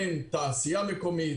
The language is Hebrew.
אין תעשייה מקומית,